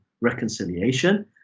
reconciliation